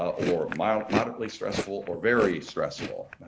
or mild moderately stressful, or very stressful.